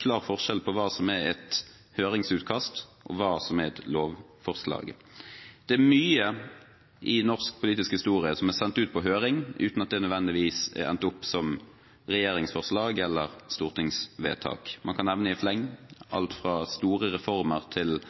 klar forskjell på hva som er et høringsutkast, og hva som er et lovforslag. Det er mye i norsk politisk historie som er sendt ut på høring uten at det nødvendigvis er endt opp som regjeringsforslag eller stortingsvedtak. Man kan nevne i fleng alt fra store reformer til